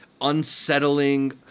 unsettling